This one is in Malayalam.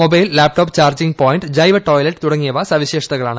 മൊബൈൽ ലാപ്ടോപ്പ് ചാർജ്ജിംഗ് പോയിന്റ് ജൈവ ടോയ്ലെറ്റ് തുടങ്ങിയവ സവിശേഷതകളാണ്